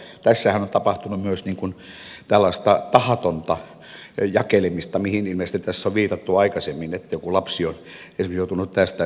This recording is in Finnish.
tässähän on tapahtunut myös tällaista tahatonta jakelemista mihin ilmeisesti tässä on viitattu aikaisemmin siinä että joku lapsi esimerkiksi on joutunut tästä syytteeseen